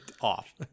off